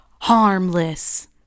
harmless